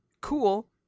cool